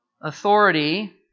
authority